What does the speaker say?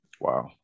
Wow